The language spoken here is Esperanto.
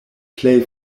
plej